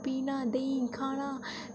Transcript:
पीना देहीं खाना